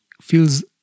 feels